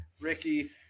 Ricky